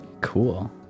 cool